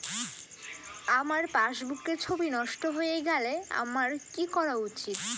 আমার পাসবুকের ছবি নষ্ট হয়ে গেলে আমার কী করা উচিৎ?